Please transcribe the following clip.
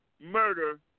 murder